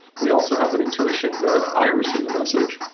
we also have an intuition that if i receive a message,